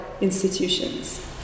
institutions